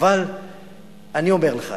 אבל אני אומר לך,